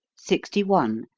sixty one.